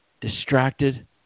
distracted